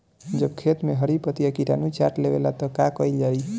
जब खेत मे हरी पतीया किटानु चाट लेवेला तऽ का कईल जाई?